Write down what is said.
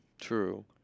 True